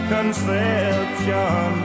Conception